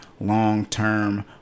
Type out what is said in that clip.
long-term